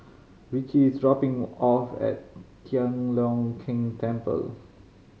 Richie is dropping off at Tian Leong Keng Temple